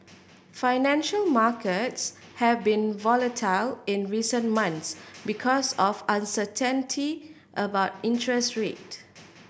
financial markets have been volatile in recent months because of uncertainty about interest rate